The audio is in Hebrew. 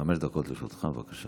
חמש דקות לרשותך, בבקשה.